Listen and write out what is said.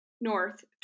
north